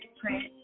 print